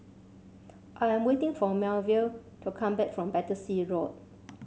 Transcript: I am waiting for Melville to come back from Battersea Road